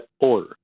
order